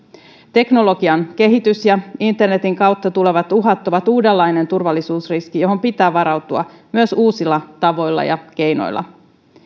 teknologian kehitys ja internetin kautta tulevat uhat ovat uudenlainen turvallisuusriski johon pitää varautua myös uusilla tavoilla ja keinoilla